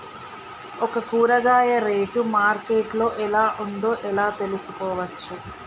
ఒక కూరగాయ rate market లో ఎలా ఉందో ఎలా తెలుసుకోవచ్చు?